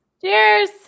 Cheers